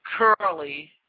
curly